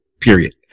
period